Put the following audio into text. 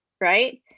right